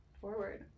forward